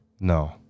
No